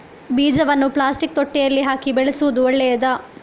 ಬೀಜವನ್ನು ಪ್ಲಾಸ್ಟಿಕ್ ತೊಟ್ಟೆಯಲ್ಲಿ ಹಾಕಿ ಬೆಳೆಸುವುದು ಒಳ್ಳೆಯದಾ?